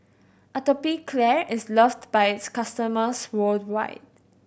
Atopiclair is loved by its customers worldwide